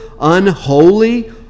unholy